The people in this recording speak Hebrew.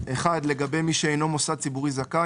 (1)לגבי מי שאינו מוסד ציבורי זכאי,